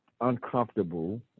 uncomfortable